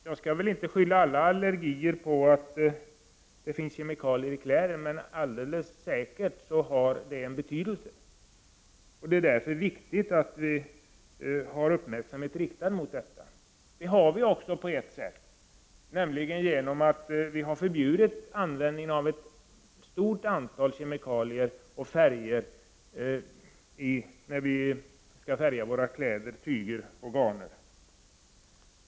Jag skall väl inte skylla alla allergier på kemikalier i kläder, men de har alldeles säkert en betydelse. Det är viktigt att vi har uppmärksamheten riktad mot detta. Det har vi också på ett sätt, nämligen genom att vi har förbjudit användningen av ett stort antal kemikalier och färger i tyger och garner till kläder.